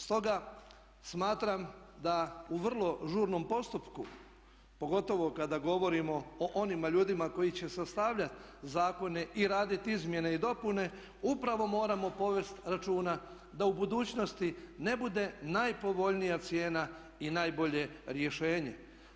Stoga smatram da u vrlo žurnom postupku pogotovo kada govorimo o onima ljudima koji će sastavljati zakone i raditi izmjene i dopune upravo moramo povesti računa da u budućnosti ne bude najpovoljnija cijena i najbolje rješenje.